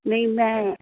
نہیں میں